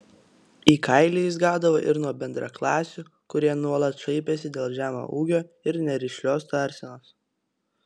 į kailį jis gaudavo ir nuo bendraklasių kurie nuolat šaipėsi dėl žemo ūgio ir nerišlios tarsenos